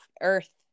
earth